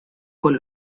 con